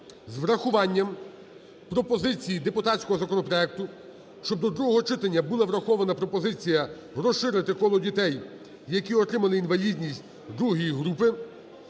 з врахуванням пропозицій депутатського законопроекту, щоб до другого читання була врахована пропозиція розширити коло дітей, які отримали інвалідність ІІ групи,